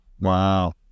Wow